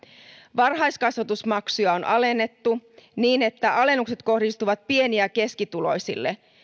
varhaiskasvatusmaksuja on alennettu niin että alennukset kohdistuvat pieni ja keskituloisille